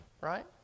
Right